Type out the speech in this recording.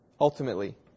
ultimately